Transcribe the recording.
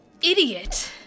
idiot